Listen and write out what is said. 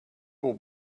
will